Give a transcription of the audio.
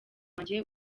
wanjye